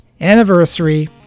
anniversary